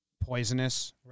poisonous